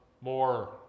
more